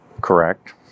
Correct